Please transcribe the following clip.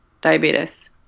diabetes